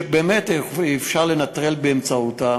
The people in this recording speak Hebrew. שבאמת אפשר לנטרל באמצעותם,